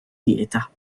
dieta